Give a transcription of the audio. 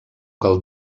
cal